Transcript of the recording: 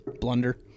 blunder